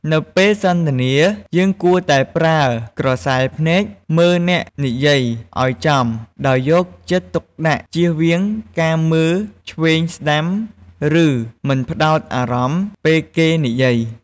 នៅពេលសន្ទនាយើងគួរតែប្រើក្រសែភ្នែកមើលអ្នកនិយាយឲ្យចំដោយយកចិត្តទុកដាក់ជៀសវាងការមើលឆ្វេងស្តាំឬមិន ផ្តោតអារម្មណ៍ពេលគេនិយាយ។